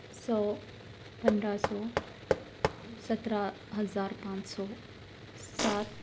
سو پندرہ سو سترہ ہزار پانچ سو سات